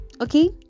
Okay